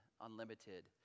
Unlimited